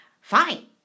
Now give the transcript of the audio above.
Fine